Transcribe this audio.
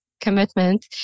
commitment